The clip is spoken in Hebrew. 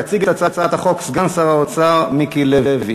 יציג את הצעת החוק סגן שר האוצר מיקי לוי.